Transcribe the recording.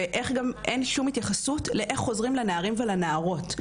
ואיך גם אין שום התייחסות לאיך עוזרים לנערים ולנערות?